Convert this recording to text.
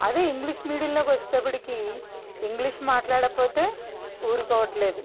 అదే ఇంగ్లీష్ మీడియంలోకొచ్చేటప్పటికీ ఇంగ్లీష్ మాట్లాడకపోతే ఊరుకోవట్లేదు